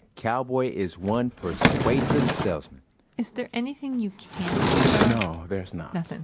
cowboy is one persuasive salesman is there anything you can't sell? no, there's not.